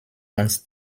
uns